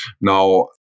Now